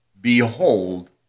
behold